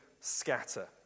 scatter